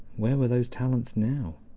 where were those talents now?